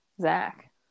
Zach